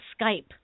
Skype